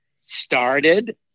started